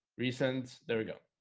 recent there we go